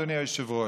אדוני היושב-ראש.